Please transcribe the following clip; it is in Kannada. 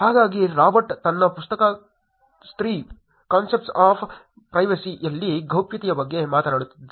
ಹಾಗಾಗಿ ರಾಬರ್ಟ್ ತನ್ನ ಪುಸ್ತಕ ತ್ರೀ ಕಾನ್ಸೆಪ್ಟ್ಸ್ ಆಫ್ ಪ್ರೈವಸಿಯಲ್ಲಿ ಗೌಪ್ಯತೆಯ ಬಗ್ಗೆ ಮಾತನಾಡುತ್ತಿದ್ದ